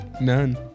None